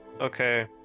Okay